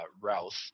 Routh